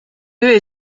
est